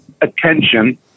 attention